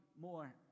more